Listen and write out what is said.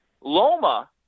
Loma